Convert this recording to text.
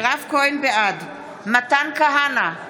בעד מתן כהנא,